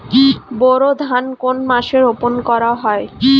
বোরো ধান কোন মাসে রোপণ করা হয়?